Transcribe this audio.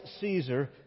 Caesar